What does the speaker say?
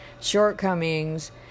shortcomings